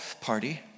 party